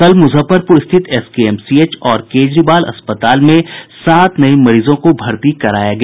कल मुजफ्फरपुर स्थित एसकेएमसीएच और केजरीवाल अस्पताल में सात नये मरीजों को भर्ती कराया गया